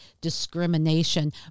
discrimination